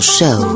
Show